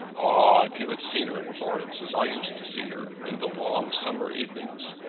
ah if you had seen her in florence, as i used to see her, in the long summer evenings!